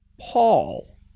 Paul